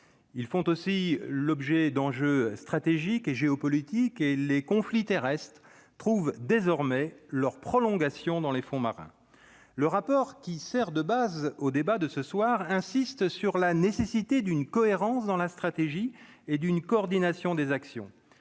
ils font aussi l'objet d'enjeux stratégiques et géopolitiques et les conflits terrestre trouvent désormais leur prolongation dans les fonds marins, le rapport qui sert de base au débat de ce soir, insistent sur la nécessité d'une cohérence dans la stratégie et d'une coordination des actions,